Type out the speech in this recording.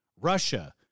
Russia